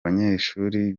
banyeshuri